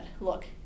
look